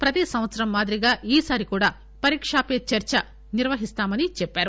ప్రతి సంవత్సరం మాదిరిగా ఈ సారి కూడా పరీకా పే చర్చ నిర్వహిస్తామని చెప్పారు